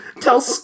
Tell